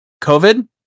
COVID